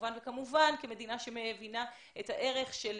כמובן כמדינה שמבינה את הערך של